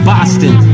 Boston